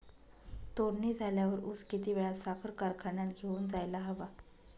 तोडणी झाल्यावर ऊस किती वेळात साखर कारखान्यात घेऊन जायला हवा?